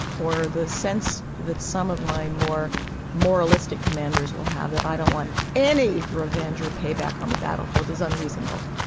or the sense that some of my more moralistic commanders will have, that i don't want any revenge or payback on the battlefield, is unreasonable,